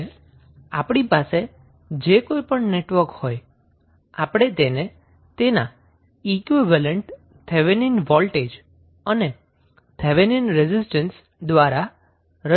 હવે આપણી પાસે જે કોઈ પણ નેટવર્ક હોય આપણે તેને તેના ઈક્વીવેલેન્ટ થેવેનિન વોલ્ટેજ અને થેવેનિન રેઝિસ્ટન્સ દ્વારા રજૂ કરી શકીએ છીએ